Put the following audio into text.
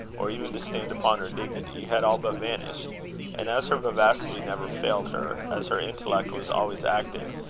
or even to stand upon her dignity, had all but vanished and as her vivacity never failed her, as her intellect was always active,